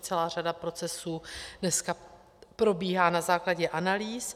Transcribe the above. Celá řada procesů dneska probíhá na základě analýz.